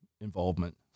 involvement